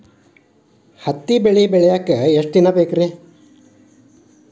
ಹತ್ತಿ ಬೆಳಿ ಬೆಳಿಯಾಕ್ ಎಷ್ಟ ದಿನ ಬೇಕ್?